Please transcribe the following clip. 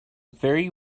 very